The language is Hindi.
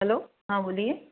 हलो हाँ बोलिए